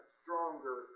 stronger